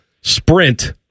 sprint